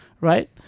right